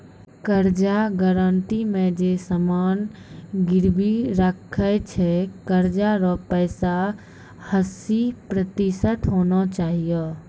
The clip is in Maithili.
कर्जा गारंटी मे जे समान गिरबी राखै छै कर्जा रो पैसा हस्सी प्रतिशत होना चाहियो